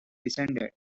descended